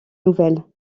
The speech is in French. nouvelles